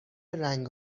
رنگ